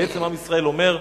בעצם עם ישראל אומר: